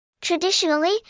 Traditionally